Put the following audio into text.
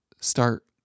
start